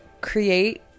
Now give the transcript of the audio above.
create